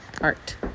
Art